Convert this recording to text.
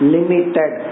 Limited